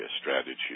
strategy